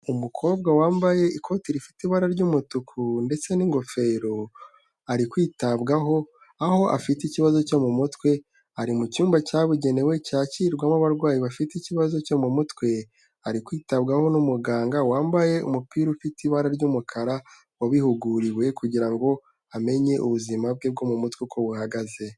Umukobwa wambaye ikoti rifite ibara ry'umutuku ndetse n'ingofero, ari kwitabwaho, aho afite ikibazo cyo mu mutwe, ari mu cyumba cyabugenewe cyakirwamo abarwayi bafite ikibazo cyo mu mutwe, ari kwitabwaho n'umuganga wambaye umupira ufite ibara ry'umukara wabihuguriwe, kugira ngo amenye ubuzima bwe bwo mu mutwe uko buhagaze.